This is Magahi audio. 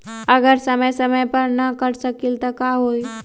अगर समय समय पर न कर सकील त कि हुई?